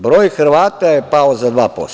Broj Hrvata je pao za 2%